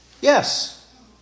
Yes